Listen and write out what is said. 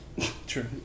True